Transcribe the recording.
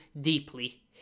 deeply